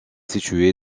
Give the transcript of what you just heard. situé